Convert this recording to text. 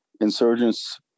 insurgents